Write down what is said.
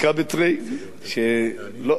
שתיקה בתרי,